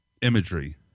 imagery